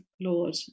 Lord